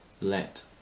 Let